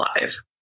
live